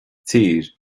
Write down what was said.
tír